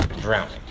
drowning